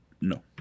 No